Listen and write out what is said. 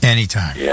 Anytime